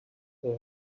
they